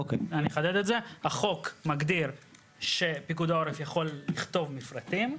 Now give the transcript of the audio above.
החוק מגדיר שפיקוד העורף יכול לכתוב מפרטים.